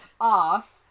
off